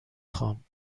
خوام